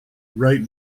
right